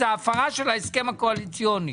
זו הפרה של ההסכם הקואליציוני.